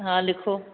हा लिखो